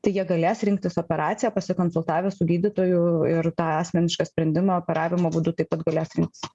tai jie galės rinktis operaciją pasikonsultavę su gydytoju ir tą asmenišką sprendimą operavimo būdu taip pat galės rinktis